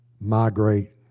migrate